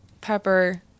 pepper